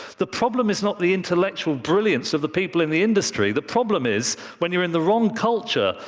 the problem is not the intellectual brilliance of the people in the industry the problem is when you're in the wrong culture,